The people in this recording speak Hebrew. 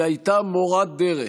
היא הייתה מורת דרך,